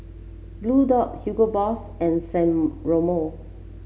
Bluedio Hugo Boss and San Remo